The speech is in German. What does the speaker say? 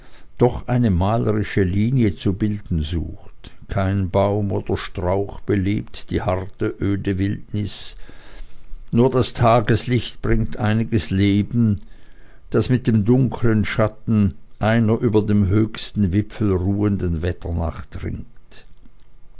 doch eine malerische linie zu bilden sucht kein baum oder strauch belebt die harte öde wildnis nur das tageslicht bringt einiges leben das mit dem dunklen schatten einer über dem höchsten gipfel ruhenden wetternacht ringt